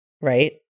right